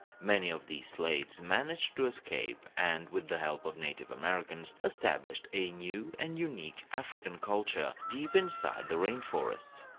many of these slaves managed to escape, and with the help of native americans, established a new and unique african culture deep inside the rain forests.